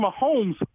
Mahomes